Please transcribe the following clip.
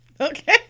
okay